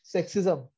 Sexism